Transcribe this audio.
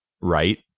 right